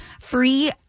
free